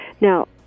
Now